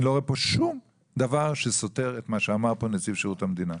אני לא רואה פה שום דבר שסותר את מה שאמר פה נציב שירות המדינה.